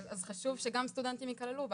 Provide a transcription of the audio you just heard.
אז חשוב שגם סטודנטים יכללו בה.